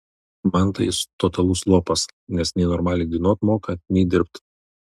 man tai jis totalus lopas nes nei normaliai dainuot moka nei dirbt